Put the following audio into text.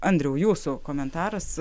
andriau jūsų komentaras